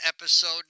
episode